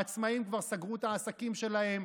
העצמאים כבר סגרו את העסקים שלהם,